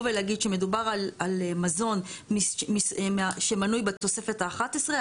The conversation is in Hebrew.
ולהגיד שמדובר במזון שמנוי בתוספת האחת עשרה.